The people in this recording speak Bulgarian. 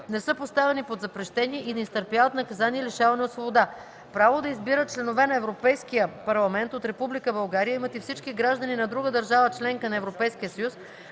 не са поставени под запрещение и не изтърпяват наказание лишаване от свобода. (2) Право да избират членове на Европейския парламент от Република България имат и всички граждани на друга държава – членка на Европейския съюз,